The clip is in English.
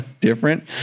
different